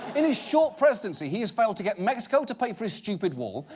in his short presidency, he has failed to get mexico to pay for his stupid wall,